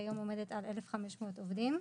שכיום עומדת על 1,500 עובדים.